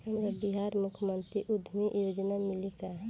हमरा बिहार मुख्यमंत्री उद्यमी योजना मिली का?